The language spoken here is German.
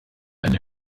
ein